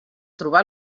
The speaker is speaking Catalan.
trobar